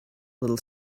little